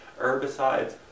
herbicides